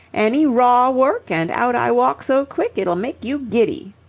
any raw work, and out i walk so quick it'll make you giddy.